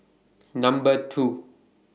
Number two